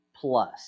plus